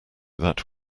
that